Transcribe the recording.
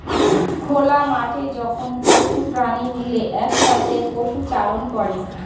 খোলা মাঠে যখন পশু প্রাণী মিলে একসাথে পশুচারণ করে